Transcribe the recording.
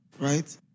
Right